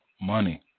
money